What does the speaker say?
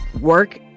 work